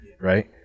right